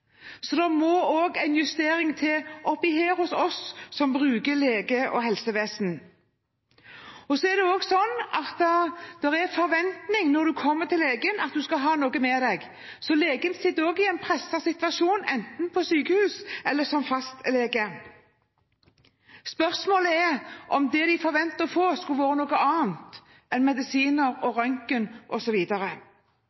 må det også en justering til oppe i hodene våre – hodene til oss som bruker leger og helsevesenet. Det er også en forventning om at man skal ha noe med seg når man kommer til legen. Legen sitter derfor også i en presset situasjon, enten på sykehuset eller som fastlege. Spørsmålet er om det de forventer å få, skulle vært noe annet enn medisiner,